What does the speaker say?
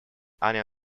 anya